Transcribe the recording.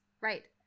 right